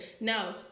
No